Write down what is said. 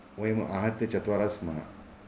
वयं आहत्य चत्वारः स्मः